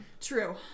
True